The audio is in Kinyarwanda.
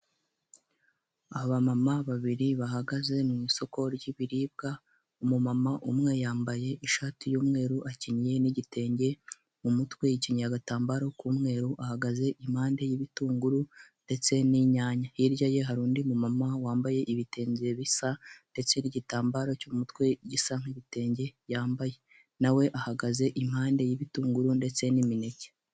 Abamama babiri bahagaze mu isoko ry'ibiribwa, umumama umwe yambaye ishati y'umweru akenyeye n'igitenge, mu mutwe akenyeye agatambaro k'umweru ahagaze impande y'ibitunguru ndetse n'inyanya. Hirya ye hari undi mumama wambaye ibitenge bisa ndetse n'igitambaro cyo mu mutwe gisa nk'ibitenge yambaye, nawe ahagaze impande y'ibitunguru ndetse n'imineke.